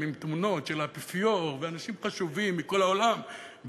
בתמונות של האפיפיור ואנשים חשובים מכל העולם,